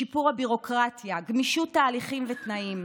שיפור הביורוקרטיה, גמישות התהליכים והתנאים.